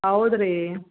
ಹೌದ್ ರೀ